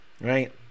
right